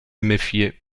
méfier